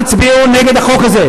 אל תצביעו נגד החוק הזה.